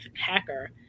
hacker